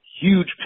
Huge